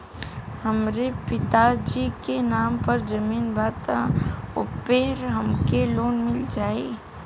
हमरे पिता जी के नाम पर जमीन बा त ओपर हमके लोन मिल जाई?